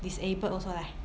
disabled also leh